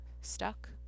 Stuck